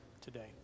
today